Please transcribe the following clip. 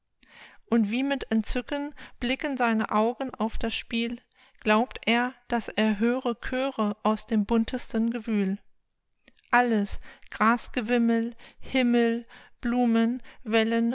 und wie mit entzücken blicken seine augen auf das spiel glaubt er daß er höre chöre aus dem buntesten gewühl alles grasgewimmel himmel blumen wellen